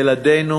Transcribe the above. ילדינו